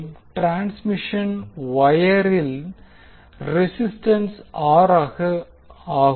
மேலும் டிரான்ஸ்மிஷன் வொயரின் ரெசிஸ்டன்ஸ் ஆகும்